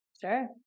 Sure